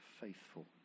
faithful